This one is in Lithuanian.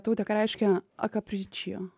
taute ką reiškia akapričio